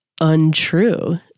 untrue